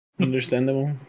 Understandable